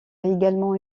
également